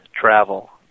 travel